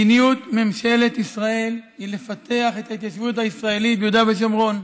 מדיניות ממשלת ישראל היא לפתח את ההתיישבות הישראלית ביהודה ושומרון,